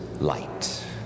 light